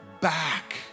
back